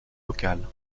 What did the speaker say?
locales